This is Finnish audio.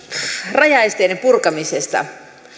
rajaesteiden purkamisesta